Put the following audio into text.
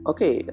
Okay